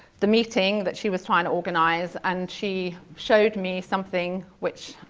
the meeting that she was trying to organize and she showed me something which